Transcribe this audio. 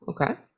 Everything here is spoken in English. okay